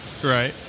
Right